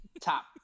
top